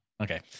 Okay